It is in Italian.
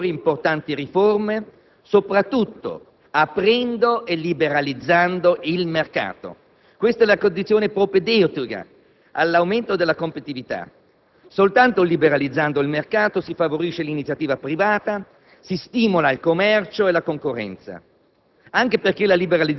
servono ulteriori ed importanti riforme soprattutto aprendo e liberalizzando il mercato. Questa è la condizione propedeutica all'aumento della competitività: soltanto liberalizzando il mercato si favorisce l'iniziativa privata, si stimola il commercio e la concorrenza,